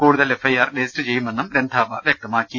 കൂടുതൽ F I R register ചെയ്യുമെന്നും രന്ഥാവ വ്യക്തമാക്കി